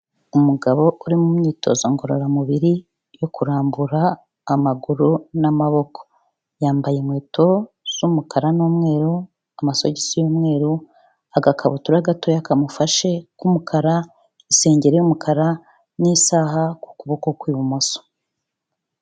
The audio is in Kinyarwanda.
Umugabo uri mu myitozo ngororamubiri yo kurambura amaguru n'amaboko. Yambaye inkweto z'umukara n'umweru, amasogisi y'umweru, agakabutura gatoya kamufashe k'umukara, isengeri y'umukara n'isaha ku kuboko kw'ibumoso.